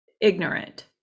ignorant